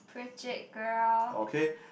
preach it girl